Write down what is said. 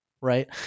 right